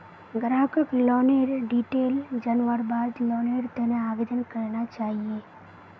ग्राहकक लोनेर डिटेल जनवार बाद लोनेर त न आवेदन करना चाहिए